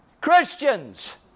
Christians